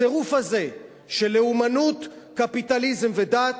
הצירוף הזה של לאומנות, קפיטליזם ודת,